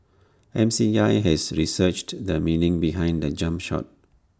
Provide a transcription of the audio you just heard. M C I has researched the meaning behind the jump shot